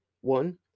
One